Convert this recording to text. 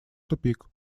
тупик